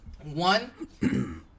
One